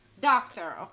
Doctor